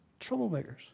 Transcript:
Troublemakers